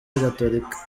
gatolika